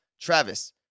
Travis